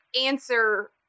answer